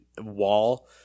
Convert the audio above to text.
wall